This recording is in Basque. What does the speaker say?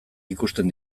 ikusten